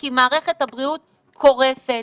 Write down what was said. כי מערכת הבריאות קורסת.